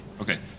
Okay